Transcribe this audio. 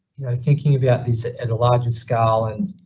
you know, thinking about these at and a larger scale and,